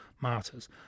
martyrs